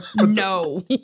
no